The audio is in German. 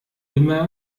immer